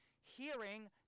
hearing